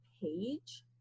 page